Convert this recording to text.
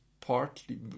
partly